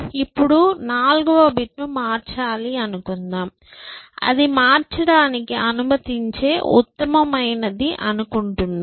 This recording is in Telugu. ఇప్పుడు నాల్గవ బిట్ను మార్చాలి అని అనుకుందాం అది మార్చడానికి అనుమతించే ఉత్తమమైనది అనుకుంటున్నాం